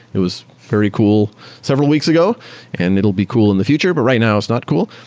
it was very cool several weeks ago and it'll be cool in the future, but right now it's not cool.